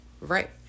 right